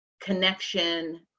connection